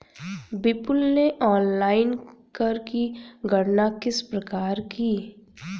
विपुल ने ऑनलाइन कर की गणना किस प्रकार की?